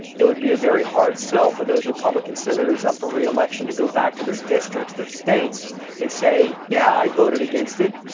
it would be a very hard sell for those republican senators up for reelection to go back to their districts, their states and say, yeah, i voted against it.